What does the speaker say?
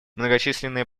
многочисленные